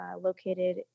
located